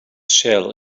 shell